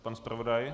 Pan zpravodaj?